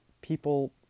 people